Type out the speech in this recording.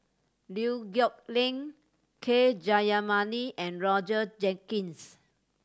Liew Geok Leong K Jayamani and Roger Jenkins